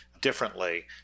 differently